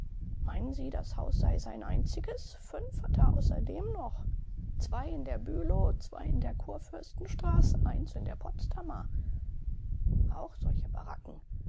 meinen sie das haus sei sein einziges fünf hat er außerdem noch zwei in der bülow zwei in der kurfürstenstraße eins in der potsdamer auch solche baracken